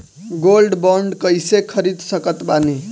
Gold bond कईसे खरीद सकत बानी?